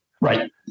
right